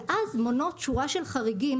ואז מונות שורה של חריגים,